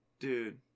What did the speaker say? Dude